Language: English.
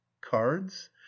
cards